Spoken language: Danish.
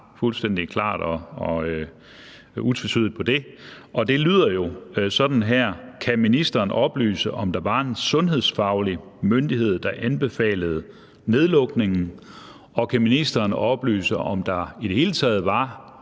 fuldstændig klart og utvetydigt på det, og spørgsmålet lyder jo sådan her: Kan ministeren oplyse, om der var en sundhedsfaglig myndighed, der anbefalede den nedlukning? Og kan ministeren oplyse, om der i det hele taget var